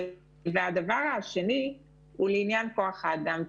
הדבר השני הוא לעניין כוח האדם.